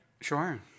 Sure